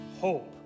hope